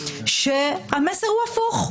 שהמסר הוא הפוך.